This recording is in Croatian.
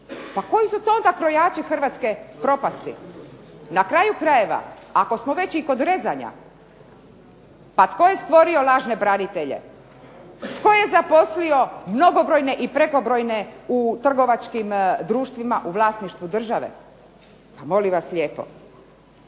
Pa koji su to onda krojači hrvatske propasti. Na kraj krajeva ako smo već i kod rezanja pa tko je stvorio lažne branitelje. Tko je zaposlio mnogobrojne i prekobrojne u trgovačkim društvima u vlasništvu države. Pa molim vas lijepo.